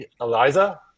Eliza